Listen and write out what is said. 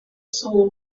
soul